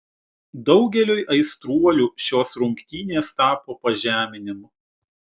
daugeliui aistruolių šios rungtynės tapo pažeminimu